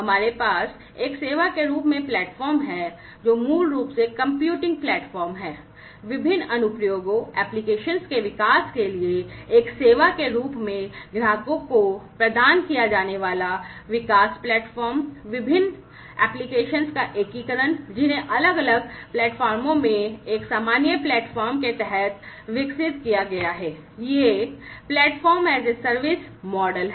हमारे पास एक सेवा के रूप में प्लेटफार्म है जो मूल रूप से कंप्यूटिंग प्लेटफार्म है विभिन्न अनुप्रयोगों का एकीकरण जिन्हें अलग अलग प्लेटफार्मों में एक सामान्य प्लेटफार्म के तहत विकसित किया गया है ये platform as a service model हैं